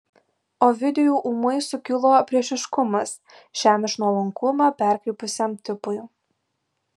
ovidijui ūmai sukilo priešiškumas šiam iš nuolankumo perkrypusiam tipui